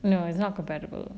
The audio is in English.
no it's not compatible